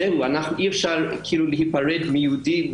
אי אפשר להיפרד מיהודי,